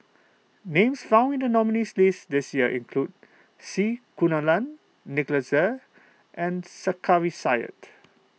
names found in the nominees' list this year include C Kunalan Nicholas Ee and Sarkasi Said